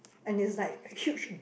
and it's like huge